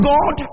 God